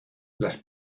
las